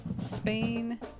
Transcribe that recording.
Spain